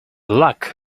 luck